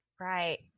Right